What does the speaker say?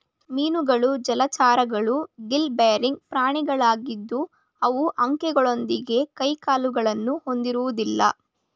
ಮೀನುಗಳು ಜಲಚರಗಳು gill bearing ಪ್ರಾಣಿಗಳಾಗಿದ್ದು ಅವು ಅಂಕೆಗಳೊಂದಿಗೆ ಕೈಕಾಲುಗಳನ್ನು ಹೊಂದಿರೋದಿಲ್ಲ